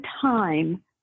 time